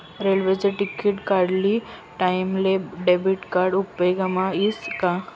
रेल्वेने तिकिट काढानी टाईमले डेबिट कार्ड उपेगमा यस का